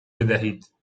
بدهید